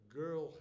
girl